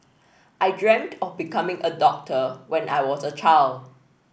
I dreamt of becoming a doctor when I was a child